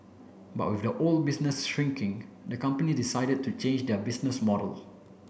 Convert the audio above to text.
but off the old business shrinking the company decided to change their business model